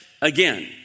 again